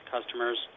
customers